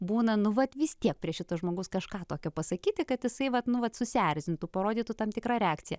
būna nu vat vis tiek prie šito žmogaus kažką tokio pasakyti kad jisai vat nu vat susierzintų parodytų tam tikrą reakciją